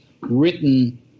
written